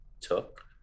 took